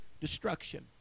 destruction